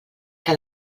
que